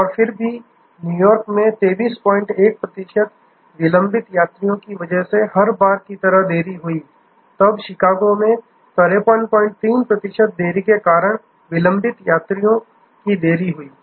और फिर भी न्यूयॉर्क में 231 प्रतिशत विलंबित यात्रियों की वजह से हर बार की तरह देरी हुई तब शिकागो में 533 प्रतिशत देरी के कारण विलंबित यात्रियों की देरी हुई